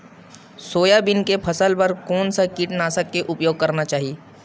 Soybean के फसल बर कोन से कीटनाशक के उपयोग करना चाहि?